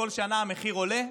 בכל שנה המחיר עולה,